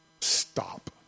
Stop